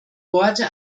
worte